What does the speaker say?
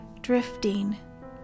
drifting